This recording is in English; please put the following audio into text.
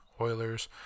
Oilers